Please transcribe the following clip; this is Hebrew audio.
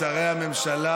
שרי הממשלה,